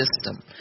system